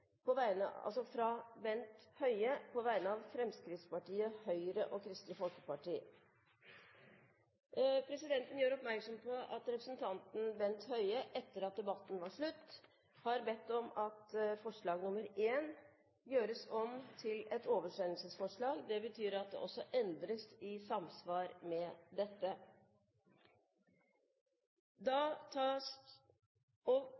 på vegne av Fremskrittspartiet, Høyre og Kristelig Folkeparti. Forslagene er omdelt på representantenes plasser i salen. Presidenten gjør oppmerksom på at Bent Høie etter at debatten var slutt, har bedt om at forslag nr. 1 gjøres om til et oversendelsesforslag. Forslaget lyder i endret form: «Det henstilles til regjeringen å sikre at ideelle og andre private institusjoner likebehandles med